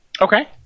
Okay